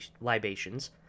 libations